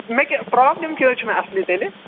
مےٚ کیٛاہ پرٛابلِم کیٛاہ حظ چھِ مےٚ اَصلی تیٚلہِ